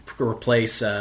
replace